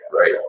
Right